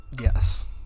Yes